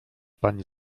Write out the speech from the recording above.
pani